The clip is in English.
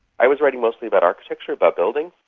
i was writing mostly about architecture, about buildings,